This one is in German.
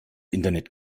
internet